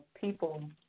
people